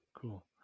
Cool